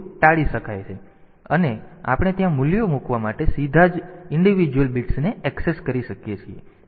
તેથી તે ટાળી શકાય છે અને આપણે ત્યાં મૂલ્યો મૂકવા માટે સીધા જ વ્યક્તિગત બિટ્સને ઍક્સેસ કરી શકીએ છીએ